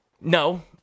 No